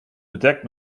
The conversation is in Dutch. bedekt